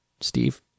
Steve